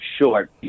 short